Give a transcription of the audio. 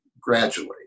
graduate